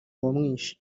uwamwishe